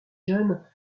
jeune